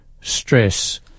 stress